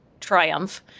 triumph